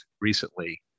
recently